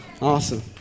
Awesome